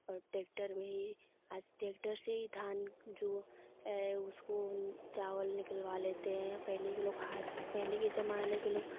और ट्रैक्टर में ही ट्रैक्टर से ही धान जो ए उसको चावल निकलवा लेते हैं पहले लोग हाथ पहले के ज़माने के लोग हाथ से